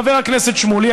חבר הכנסת שמולי,